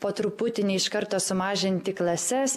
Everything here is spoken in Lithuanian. po truputį ne iš karto sumažinti klases